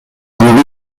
گروه